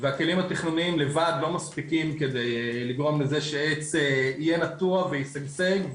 והכלים התכנוניים לבד לא מספיקים כדי לגרום לזה שעץ יהיה נטוע וישגשג,